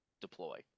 deploy